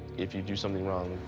if you do something wrong,